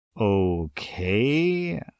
Okay